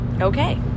Okay